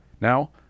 Now